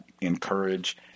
encourage